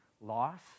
loss